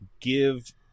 give